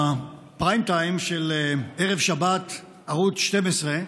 בפריים טיים של ערב שבת, ערוץ 12,